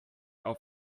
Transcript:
auf